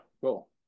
cool